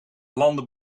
landen